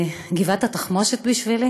גבעת התחמושת בשבילי